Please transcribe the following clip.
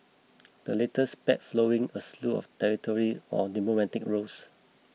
the latest spat flowing a slew of territory on the diplomatic rows